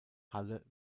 halle